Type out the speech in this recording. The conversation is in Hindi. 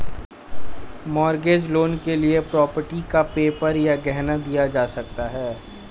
मॉर्गेज लोन के लिए प्रॉपर्टी का पेपर या गहना दिया जा सकता है